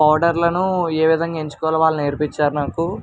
పౌడర్లను ఏ విధంగా ఎంచుకోవాలో వాళ్ళు నేర్పించారు నాకు